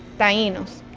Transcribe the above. tainos.